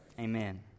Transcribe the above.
Amen